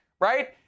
right